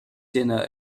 dinner